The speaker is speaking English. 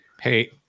Hey